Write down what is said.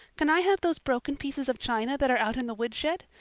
can i have those broken pieces of china that are out in the woodshed?